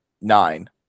nine